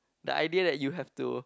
the idea that you have to